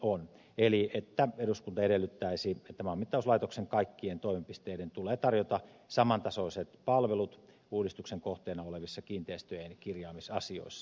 eli ensimmäisenä että eduskunta edellyttäisi että maanmittauslaitoksen kaikkien toimipisteiden tulee tarjota samantasoisia palveluita uudistuksen kohteena olevissa kiinteistöjen kirjaamisasioissa